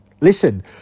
Listen